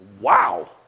Wow